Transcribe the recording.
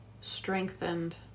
strengthened